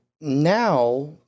Now